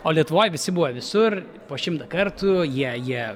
o lietuvoj visi buvo visur po šimtą kartų jie jie